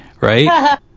Right